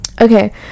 okay